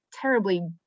terribly